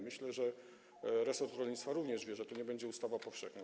Myślę, że resort rolnictwa również wie, że to nie będzie ustawa powszechna.